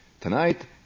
tonight